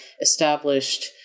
established